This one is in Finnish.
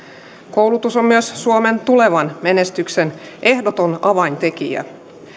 koulutus on myös suomen tulevan menestyksen ehdoton avaintekijä